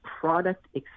product